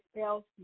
else